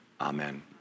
amen